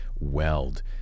Weld